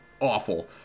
awful